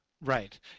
Right